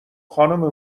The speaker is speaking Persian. خانم